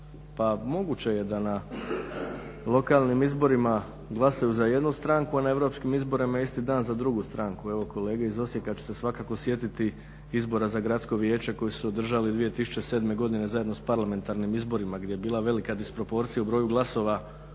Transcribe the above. Pa moguće je da na lokalnim izborima glasaju za jednu stranku, a na europskim izborima isti dan za drugu stranku. Evo kolege iz Osijeka će se svakako sjetiti izbora za Gradsko vijeće koji su se održali 2007. godine zajedno s parlamentarnim izborima gdje je bila velika disproporcija u broju glasova